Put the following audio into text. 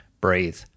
breathe